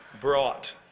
brought